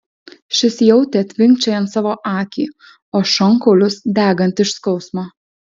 šis jautė tvinkčiojant savo akį o šonkaulius degant iš skausmo